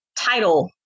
title